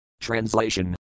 Translation